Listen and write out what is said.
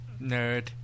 Nerd